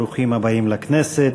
ברוכים הבאים לכנסת.